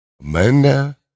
Amanda